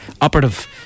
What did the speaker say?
operative